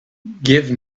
give